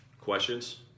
Questions